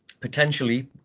Potentially